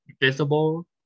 visible